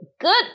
good